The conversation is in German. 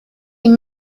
dem